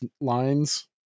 lines